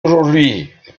aujourd’hui